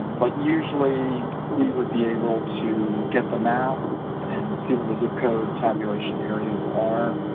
but usually we would be able to get the map and see the the zip code tabulation areas are